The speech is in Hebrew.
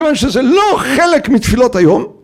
אנשי זה לא חלק מתפילות היום